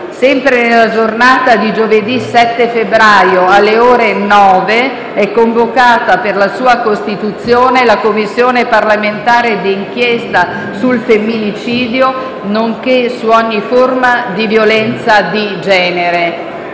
Sempre nella giornata di giovedì 7 febbraio, alle ore 9, è convocata per la sua costituzione la Commissione parlamentare di inchiesta sul femminicidio, nonché su ogni forma di violenza di genere.